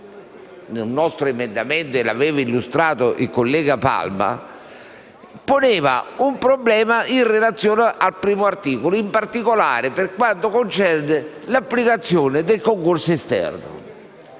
il nostro emendamento aveva sollevato e illustrato il collega senatore Palma, poneva un problema in relazione al primo articolo, in particolare per quanto concerne l'applicazione del concorso esterno.